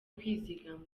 kwizigama